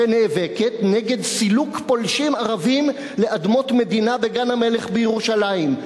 שנאבקת נגד סילוק פולשים ערבים מאדמות מדינה בגן-המלך בירושלים.